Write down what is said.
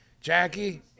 Jackie